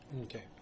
Okay